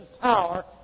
power